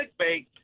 clickbait